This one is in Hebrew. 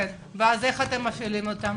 איך אתם מפעילים אותם?